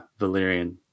Valyrian